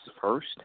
first